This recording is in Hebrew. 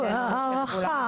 הערכה.